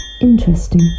Interesting